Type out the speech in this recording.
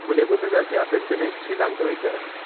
फुलेको देख्दा चैँ अत्यन्त नै खुसी लाग्दो रहेछ